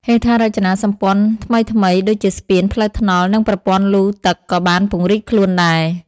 ហេដ្ឋារចនាសម្ព័ន្ធថ្មីៗដូចជាស្ពាន ផ្លូវថ្នល់ និងប្រព័ន្ធលូទឹកក៏បានពង្រីកខ្លួនដែរ។